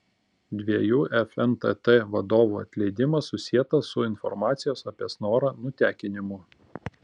dviejų fntt vadovų atleidimas susietas su informacijos apie snorą nutekinimu